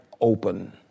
open